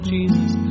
Jesus